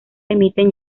emiten